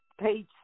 page